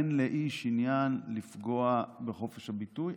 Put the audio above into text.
אין לאיש עניין לפגוע בחופש הביטוי,